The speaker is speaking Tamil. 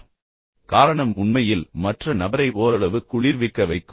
எனவே காரணம் உண்மையில் மற்ற நபரை ஓரளவு குளிர்விக்க வைக்கும்